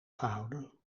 gehouden